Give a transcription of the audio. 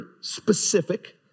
specific